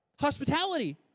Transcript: hospitality